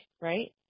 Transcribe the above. right